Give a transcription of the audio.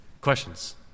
Questions